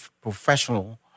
professional